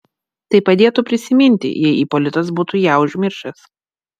tai padėtų prisiminti jei ipolitas būtų ją užmiršęs